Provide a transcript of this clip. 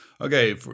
Okay